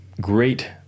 great